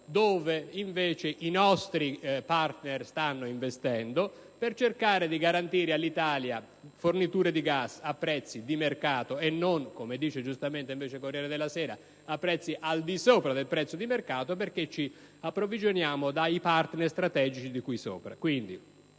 dove invece i nostri partner stanno investendo per cercare di garantire all'Italia forniture di gas a prezzi di mercato e non - come dice giustamente invece il «Corriere della Sera» - a prezzi al di sopra del prezzo di mercato, perché ci approvvigioniamo dai partner strategici di cui sopra.